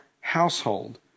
household